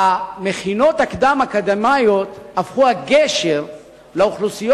והמכינות הקדם-אקדמיות הפכו גשר לאוכלוסיות